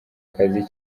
kazi